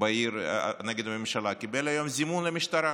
בעיר נגד הממשלה, קיבל היום זימון למשטרה.